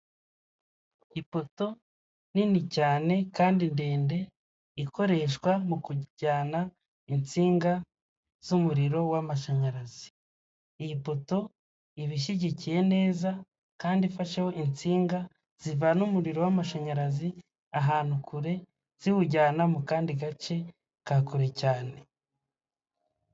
Inyubako y'itaje igeretse hejuru, irimo ibirahure by'ubururu, hasi harimo imodoka irimo mu hantu hubakiye harimo ibyuma, isakariye wagira ngo ni amabati, hasi hariho n'ibyatsi n'amaraba.